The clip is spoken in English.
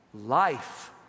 Life